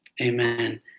Amen